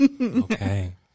Okay